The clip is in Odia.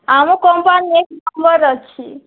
ଆମ କମ୍ପାନୀ ଆମର ଅଛି